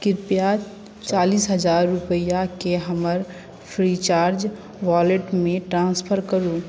कृप्या चालीस हजार रुपैआकेँ हमर फ्रीचार्ज वॉलेटमे ट्रांसफर करू